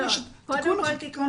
קודם כל תיקון